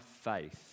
faith